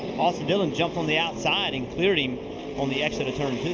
austin dillon jumped on the outside and cleared him on the exit of